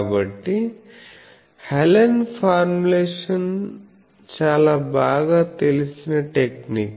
కాబట్టి Helen formulation చాలా బాగా తెలిసిన టెక్నిక్